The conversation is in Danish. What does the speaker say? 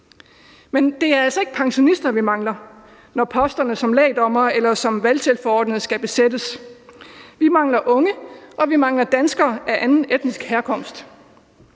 Men det er altså ikke pensionister, vi mangler, når posterne som lægdommere eller som valgtilforordnede skal besættes. Vi mangler unge, og vi mangler danskere af anden etnisk herkomst.